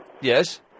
Yes